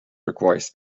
requires